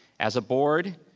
as a board,